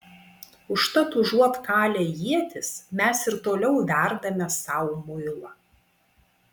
užtat užuot kalę ietis mes ir toliau verdame sau muilą